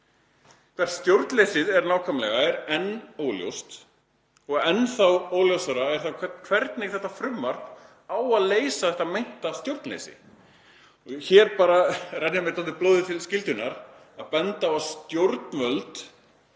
Hvert stjórnleysið er nákvæmlega er enn óljóst og enn þá óljósara er hvernig þetta frumvarp á að leysa þetta meinta stjórnleysi. Hér rennur mér dálítið blóðið til skyldunnar að benda á að stjórnvöld,